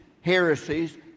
heresies